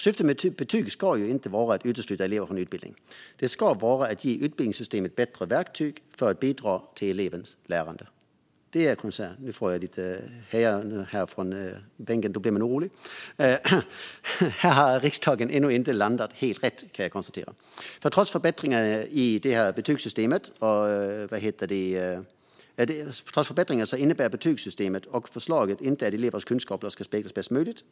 Syftet med betyg ska inte vara att utesluta elever från utbildning. Det ska vara att ge utbildningssystemet bättre verktyg för att bidra till elevens lärande. Här har riksdagen ännu inte landat helt rätt, kan jag konstatera. Trots förbättringar innebär betygssystemet och förslaget inte att elevernas kunskaper ska speglas bäst möjligt.